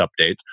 updates